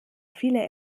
viele